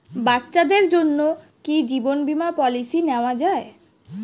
বাচ্চাদের জন্য কি জীবন বীমা পলিসি নেওয়া যায়?